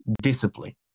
Discipline